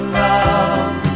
love